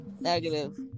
Negative